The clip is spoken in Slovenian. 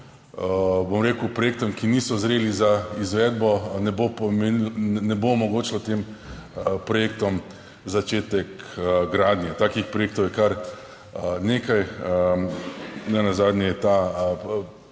bom rekel, projektom ki niso zreli za izvedbo, ne bo omogočilo tem projektom začetek gradnje. Takih projektov je kar nekaj. Nenazadnje je ta